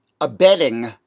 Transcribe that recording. abetting